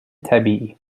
طبیعی